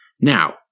Now